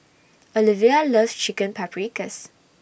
Olevia loves Chicken Paprikas